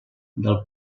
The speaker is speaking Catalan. del